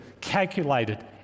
calculated